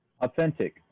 Authentic